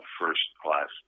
first-class